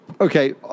okay